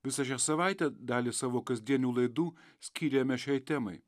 visą šią savaitę dalį savo kasdienių laidų skiriame šiai temai